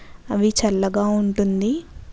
అవి చల్లగా ఉంటుంది